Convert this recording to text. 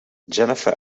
jennifer